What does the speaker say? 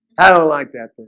i don't like that